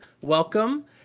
welcome